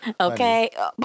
Okay